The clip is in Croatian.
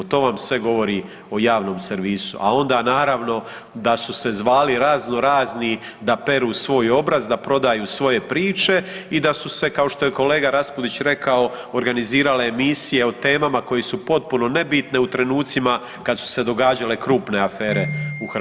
To vam sve govori o javnom servisu, a ona naravno da su se zvali razno razni da peru svoj obraz, da prodaju svoje priče i da su se kao što je kolega Raspudić rekao organizirale emisije o temama koje su potpuno nebitne u trenucima kad su se događale krupne afere u Hrvatskoj.